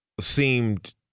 seemed